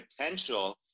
potential